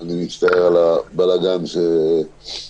אני מצטער על הבלגן שגרמנו,